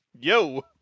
Yo